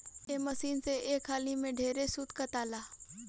ए machine से एक हाली में ढेरे सूत काताला